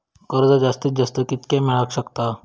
कर्ज जास्तीत जास्त कितक्या मेळाक शकता?